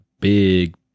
big